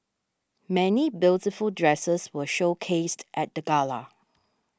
many beautiful dresses were showcased at the gala